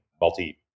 multi